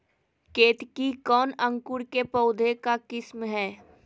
केतकी कौन अंकुर के पौधे का किस्म है?